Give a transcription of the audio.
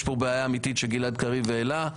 יש פה בעיה אמיתית שגלעד קריב העלה.